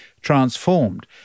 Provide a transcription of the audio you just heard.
transformed